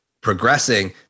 progressing